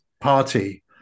party